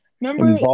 Remember